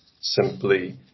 simply